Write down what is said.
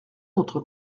notre